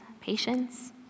patience